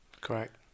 Correct